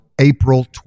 April